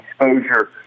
exposure